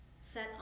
set